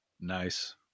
Nice